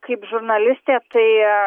kaip žurnalistė tai